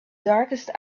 darkest